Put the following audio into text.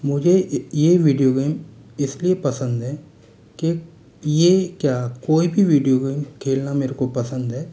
मुझे ये video game इसलिए पसंद है के यह क्या कोई भी विडियो गेम खेलना मेरे को पसंद है